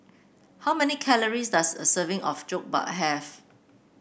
how many calories does a serving of Jokbal have